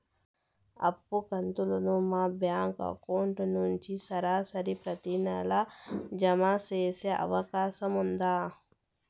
అప్పు కంతులు మా బ్యాంకు అకౌంట్ నుంచి సరాసరి ప్రతి నెల జామ సేసే అవకాశం ఉందా?